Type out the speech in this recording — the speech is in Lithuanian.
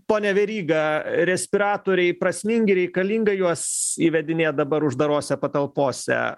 pone veryga respiratoriai prasmingi reikalinga juos įvedinėt dabar uždarose patalpose